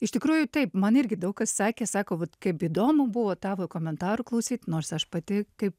iš tikrųjų taip man irgi daug kas sakė sako vat kaip įdomu buvo tavo komentarų klausyt nors aš pati kaip